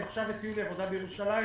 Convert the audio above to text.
אם מציעים לי עבודה בירושלים,